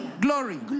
Glory